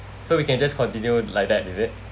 so we can just continue like that is it